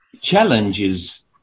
challenges